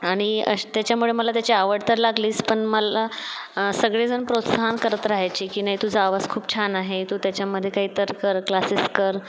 आणि त्याच्यामुळे मला त्याची आवड तर लागलीच पण मला सगळेजण प्रोत्साहन करत राहायचे की नाही तुझा आवाज खूप छान आहे तू त्याच्यामध्ये ते तर कर क्लासीस कर